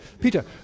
Peter